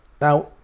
Now